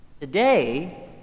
Today